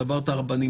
זה עבר את הרבנים,